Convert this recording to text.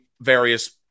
various